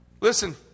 Listen